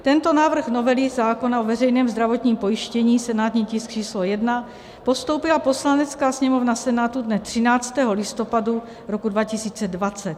Tento návrh novely zákona o veřejném zdravotním pojištění, senátní tisk č. 1, postoupila Poslanecká sněmovna Senátu dne 13. listopadu 2020.